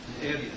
areas